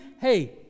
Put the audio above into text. hey